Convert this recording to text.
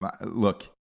Look